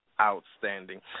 outstanding